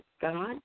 God